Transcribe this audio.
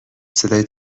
صدای